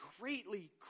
greatly